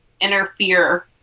interfere